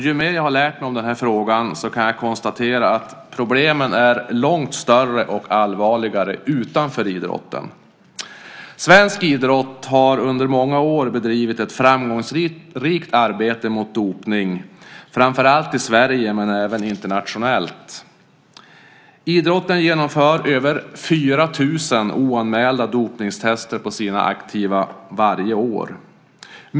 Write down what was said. Ju mer jag har lärt mig om denna fråga, desto klarare kan jag konstatera att problemen är långt större och allvarligare utanför idrotten. Svensk idrott har under många år bedrivit ett framgångsrikt arbete mot dopning, framför allt i Sverige men även internationellt. Idrotten genomför över 4 000 oanmälda dopningstester på de aktiva varje år.